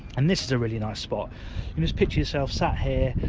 and this is a really nice spot, you just picture yourself sat here,